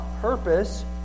purpose